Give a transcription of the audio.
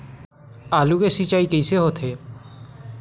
आलू के सिंचाई कइसे होथे?